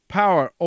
power